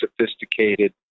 sophisticated